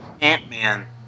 Ant-Man